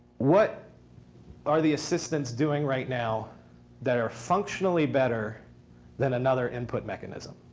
what are the assistants doing right now that are functionally better than another input mechanism?